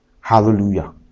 hallelujah